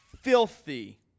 filthy